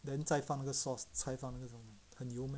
then 再放那个 sauce 你才放很油